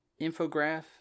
Infograph